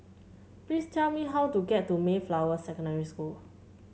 please tell me how to get to Mayflower Secondary School